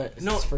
No